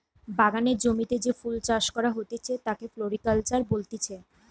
বাগানের জমিতে যে ফুল চাষ করা হতিছে তাকে ফ্লোরিকালচার বলতিছে